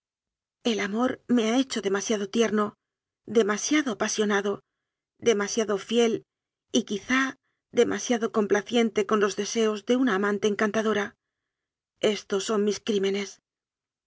el amor me ha hecho demasiado tierno demasiado apasionado demasiado fiel y quizá demasiado complaciente con los deseos de una amante encantadora estos son mis crímenes